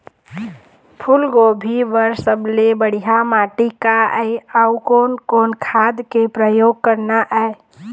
फूलगोभी बर सबले बढ़िया माटी का ये? अउ कोन कोन खाद के प्रयोग करना ये?